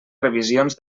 revisions